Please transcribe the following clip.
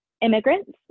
immigrants